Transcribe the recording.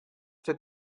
der